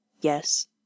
Yes